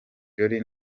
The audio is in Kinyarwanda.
jolly